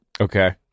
Okay